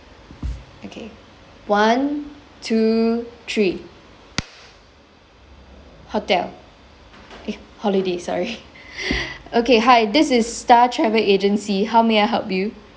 okay one two three hotel eh holiday sorry okay hi this is star travel agency how may I help you